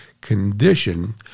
condition